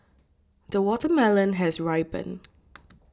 the watermelon has ripened